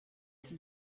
sie